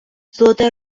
золоте